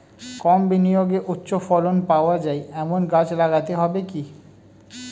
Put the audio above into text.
কম বিনিয়োগে উচ্চ ফলন পাওয়া যায় এমন গাছ লাগাতে হবে কি?